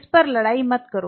इस पर लड़ाई मत करो